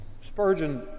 Spurgeon